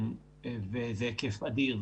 שזה היקף אדיר,